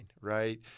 right